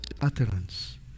utterance